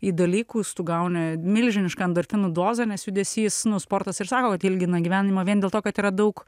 į dalykus tu gauni milžinišką endorfinų dozę nes judesys nu sportas ir sako kad ilgina gyvenimą vien dėl to kad yra daug